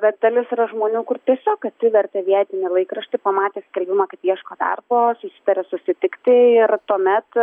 bet dalis yra žmonių kur tiesiog atsivertė vietinį laikraštį pamatė skelbimą kad ieško darbo susitarė susitikti ir tuomet